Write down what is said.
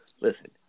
Listen